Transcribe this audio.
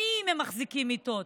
שנים הם מחזיקים מיטות.